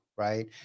right